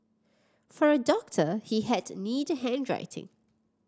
for a doctor he had neat handwriting